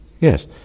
yes